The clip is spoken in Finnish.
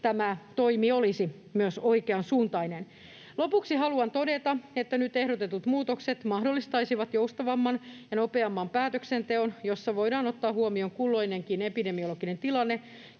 tämä toimi olisi myös oikeansuuntainen. Lopuksi haluan todeta, että nyt ehdotetut muutokset mahdollistaisivat joustavamman ja nopeamman päätöksenteon, jossa voidaan ottaa huomioon kulloinenkin epidemiologinen tilanne,